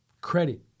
credit